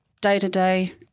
day-to-day